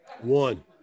One